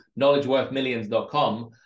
knowledgeworthmillions.com